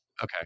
Okay